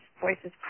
voices